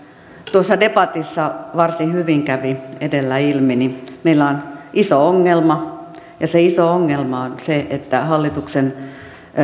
debatissa varsin hyvin kävi edellä ilmi meillä on iso ongelma ja se iso ongelma on se että hallituksen